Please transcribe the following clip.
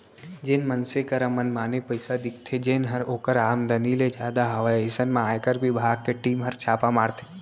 जेन मनसे करा मनमाने पइसा दिखथे जेनहर ओकर आमदनी ले जादा हवय अइसन म आयकर बिभाग के टीम हर छापा मारथे